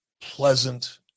pleasant